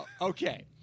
Okay